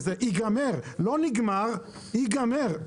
זה ייגמר, לא נגמר; ייגמר.